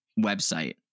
website